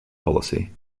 policy